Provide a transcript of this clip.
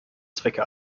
zwecke